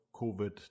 COVID